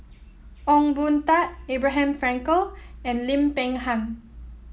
Ong Boon Tat Abraham Frankel and Lim Peng Han